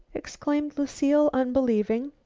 exclaimed lucile unbelievingly.